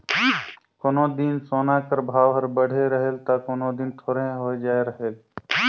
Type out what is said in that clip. कोनो दिन सोना कर भाव हर बढ़े रहेल ता कोनो दिन थोरहें होए जाए रहेल